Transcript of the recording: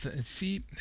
see